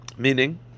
meaning